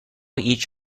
each